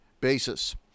basis